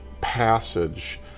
passage